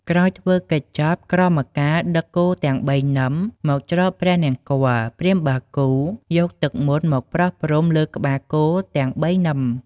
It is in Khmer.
ក្រោយធ្វើកិច្ចចប់ ក្រមការដឹកគោទាំង ៣នឹម មកច្រត់ព្រះនង្គ័ល ព្រាហ្មណ៍បាគូ យកទឹកមន្តមកប្រស់ព្រំលើក្បាលគោទាំង៣នឹម។